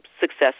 success